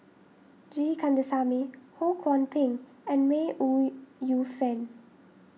G Kandasamy Ho Kwon Ping and May Ooi Yu Fen